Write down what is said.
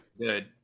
good